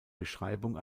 beschreibung